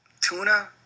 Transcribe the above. Tuna